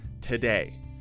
today